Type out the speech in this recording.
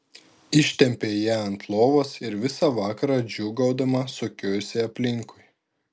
ištempė ją ant lovos ir visą vakarą džiūgaudama sukiojosi aplinkui